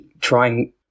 trying